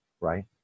right